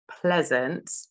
pleasant